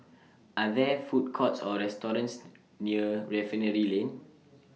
Are There Food Courts Or restaurants near Refinery Lane